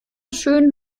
schön